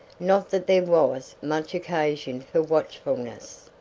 not that there was much occasion for watchfulness,